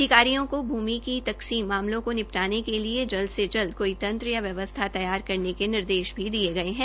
अधिकारियों को भूमि की तकसीम मामलों को निपटाने के लिए जल्द से जल्द कोई तंत्र या व्यवस्था तैयार करने के निर्देश भी दिये गये है